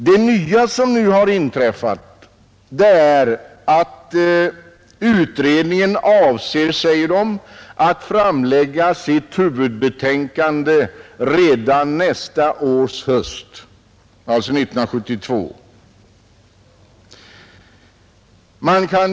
Det nya som nu har inträffat är att utredningen avser att framlägga sitt huvudbetänkande redan nästa höst, alltså 1972.